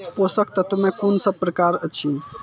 पोसक तत्व मे कून सब प्रकार अछि?